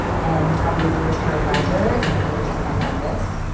and todd risley was her adviser in the university of kansas.